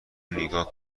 نیگا